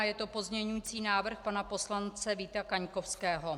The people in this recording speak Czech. Je to pozměňovací návrh pana poslance Víta Kaňkovského.